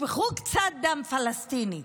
תשפכו קצת דם פלסטיני,